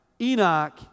Enoch